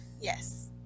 yes